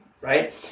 right